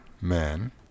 man